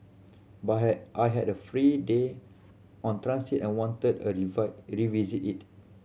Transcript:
but had I had a free day on transit and wanted a revisit it